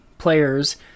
players